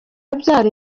abyara